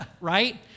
Right